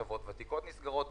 חברות ותיקות נסגרות,